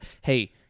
hey